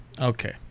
Okay